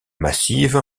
massive